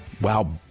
Wow